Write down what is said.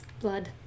Blood